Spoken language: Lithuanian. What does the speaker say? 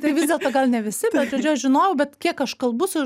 tai vis dėlto gal ne visi bet žodžiu aš žinojau bet kiek aš kalbu su